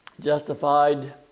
Justified